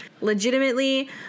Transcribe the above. legitimately